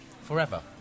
forever